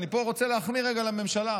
אני פה רוצה להחמיא רגע לממשלה,